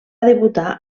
debutar